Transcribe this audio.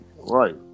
Right